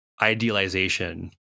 idealization